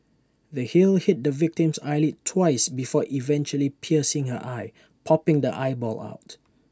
the heel hit the victim's eyelid twice before eventually piercing her eye popping the eyeball out